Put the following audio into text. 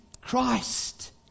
Christ